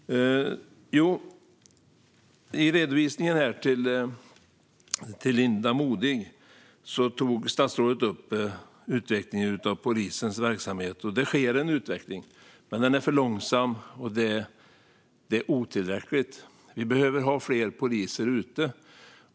Fru talman! Jag ger mig in i debatten eftersom jag reagerade på statsrådets redovisning till Linda Modig när det gäller polisanställda och utvecklingen av polisens verksamhet. Det sker en utveckling. Men den är för långsam, och den är otillräcklig. Det behöver finnas fler poliser ute.